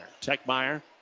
Techmeyer